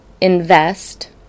invest